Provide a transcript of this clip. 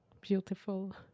Beautiful